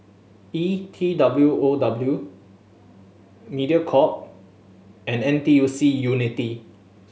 E T W O W Mediacorp and N T U C Unity